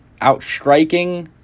outstriking